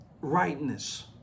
rightness